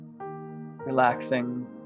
Relaxing